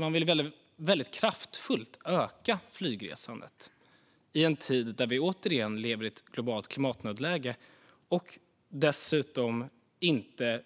Man vill alltså öka flygresande kraftigt i en tid där vi, återigen, lever i ett globalt klimatnödläge och där det dessutom inte